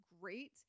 great